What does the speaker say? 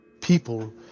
people